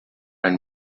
and